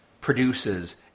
produces